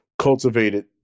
cultivated